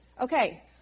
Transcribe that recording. Okay